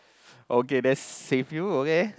okay that's save you okay